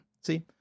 See